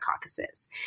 caucuses